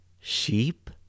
Sheep